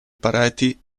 pareti